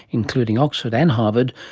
including oxford and harvard,